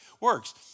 works